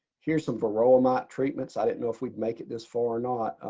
here's some varroa mite treatments. i didn't know if we'd make it this far or not.